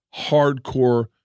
hardcore